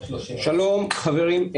שלום, חברים.